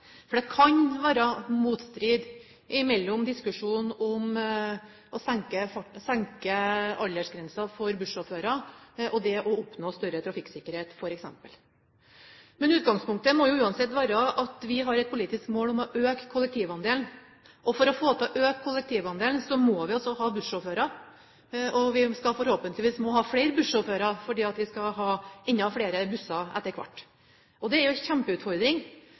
motstrid mellom diskusjonen om å senke aldersgrensen for bussjåfører og det å oppnå større trafikksikkerhet f.eks. Utgangspunktet må uansett være at vi har et politisk mål om å øke kollektivandelen. For å få til å øke kollektivandelen må vi også ha bussjåfører. Vi må forhåpentligvis ha flere bussjåfører, for vi skal ha enda flere busser etter hvert. Det er jo en kjempeutfordring.